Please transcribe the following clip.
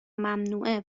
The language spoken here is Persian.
ممنوعه